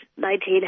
19